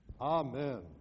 Amen